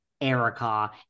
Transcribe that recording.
Erica